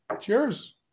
Cheers